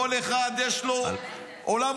כל אחד,